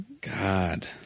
God